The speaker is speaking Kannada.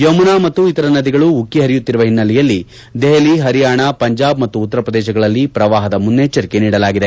ಯಮುನಾ ಮತ್ತು ಇತರ ನದಿಗಳು ಉಕ್ಕಿ ಹರಿಯುತ್ತಿರುವ ಹಿನ್ನೆಲೆಯಲ್ಲಿ ದೆಹಲಿ ಹರಿಯಾಣ ಪಂಜಾಬ್ ಮತ್ತು ಉತ್ತರ ಪ್ರದೇಶಗಳಲ್ಲಿ ಪ್ರವಾಹದ ಮುನ್ನೆ ಚ್ಚರಿಕೆ ನೀಡಲಾಗಿದೆ